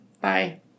Bye